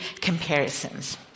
comparisons